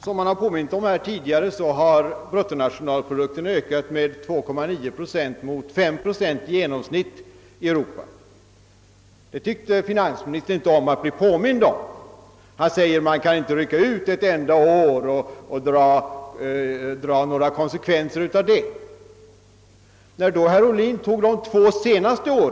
Som det påmints om tidigare i dag ökade bruttonationalprodukten här i Sverige år 1966 med endast 2,9 procent mot 5 procent i genomsnitt för OECD länderna. Detta uppskattade finansministern inte att bli påmind om. Han sade, att det går inte att rycka ut ett enda år och dra slutsatser av det. När herr Ohlin då tog de två senaste åren som utgångspunkt för jämförelsen var herr Sträng inte särskilt intresserad av att längre diskutera saken.